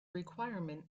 requirement